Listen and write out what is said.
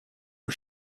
for